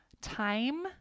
time